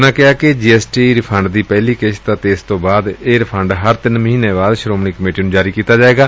ਉਨੂਂ ਕਿਹਾ ਕਿ ਇਹ ਜੀਐਸਟੀ ਰੀਫੰਡ ਦੀ ਪਹਿਲੀ ਕਿਸ਼ਤ ਏ ਅਤੇ ਇਸ ਤੋ ਬਾਅਦ ਇਹ ਰੀਫੰਡ ਹਰ ਤਿੰਨ ਮਹੀਨਿਆਂ ਬਾਅਦ ਸ਼ੋਮਣੀ ਕਮੇਟੀ ਨੂੰ ਜਾਰੀ ਕੀਤਾ ਜਾਵੇਗਾ